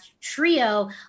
trio